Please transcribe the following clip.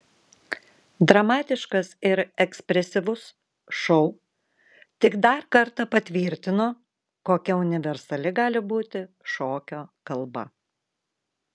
dramatiškas ir ekspresyvus šou tik dar kartą patvirtino kokia universali gali būti šokio kalba